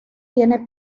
tiene